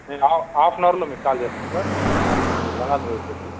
నేను హా half an అవర్లో మీకు కాల్ చేస్తాను సార్ మీ గంగాధర్ నెల్లూరుకి వచ్చి